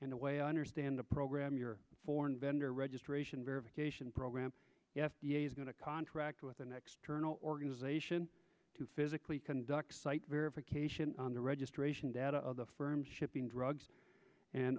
in the way i understand the program your foreign vendor registration verification program the f d a is going to contract with the next turn organization to physically conduct site verification on the registration data of the firms shipping drugs and